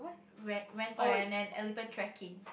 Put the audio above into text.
went went for an an elephant tracking